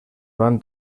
van